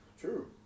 True